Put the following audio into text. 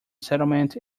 settlement